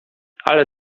ale